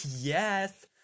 Yes